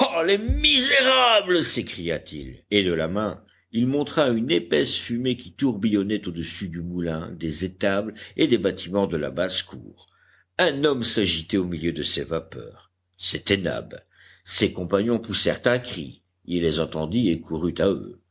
ah les misérables s'écria-t-il et de la main il montra une épaisse fumée qui tourbillonnait audessus du moulin des étables et des bâtiments de la basse-cour un homme s'agitait au milieu de ces vapeurs c'était nab ses compagnons poussèrent un cri il les entendit et courut à eux